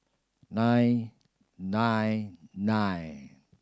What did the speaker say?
nine nine nine